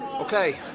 Okay